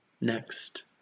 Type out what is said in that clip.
Next